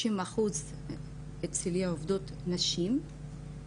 90 אחוז מהעובדות אצלי נשים,